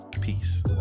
peace